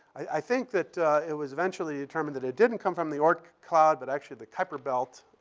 i think that it was eventually determined that it didn't come from the ah oort cloud but actually the kuiper belt.